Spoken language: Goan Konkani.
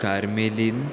कार्मेलीन